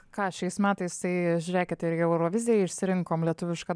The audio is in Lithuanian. ką šiais metais tai žiūrėkite ir į euroviziją išsirinkom lietuvišką